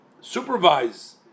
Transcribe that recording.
supervise